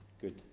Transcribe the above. good